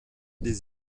des